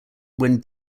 when